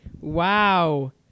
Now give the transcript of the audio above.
wow